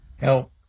help